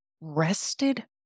rested